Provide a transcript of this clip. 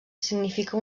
significa